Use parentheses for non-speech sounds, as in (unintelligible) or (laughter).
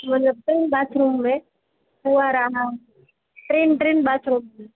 मतिलबु टिनि बाथरुम में (unintelligible) टिनि टिनि बाथरुम में